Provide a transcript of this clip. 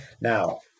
Now